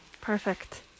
perfect